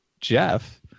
jeff